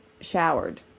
showered